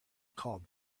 called